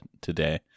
today